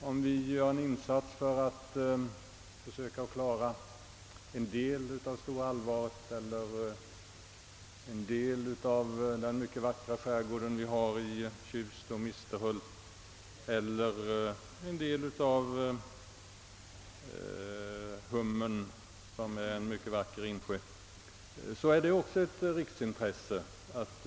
— Om vi gör en insats för att försöka bevara en del av Stora Alvaret eller en del av den vackra skärgård vi har i Tjust och Misterhult eller en del av sjön Hummeln — som är en mycket vacker insjö — är det också ett riksintresse.